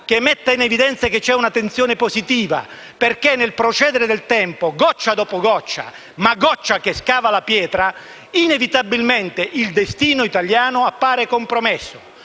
che mette in evidenza la presenza di una tensione positiva, perché nel procedere del tempo, goccia dopo goccia (ma è una goccia che scava la pietra) inevitabilmente il destino italiano appare compromesso.